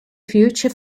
future